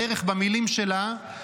בערך במילים שלה,